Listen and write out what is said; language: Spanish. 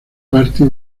party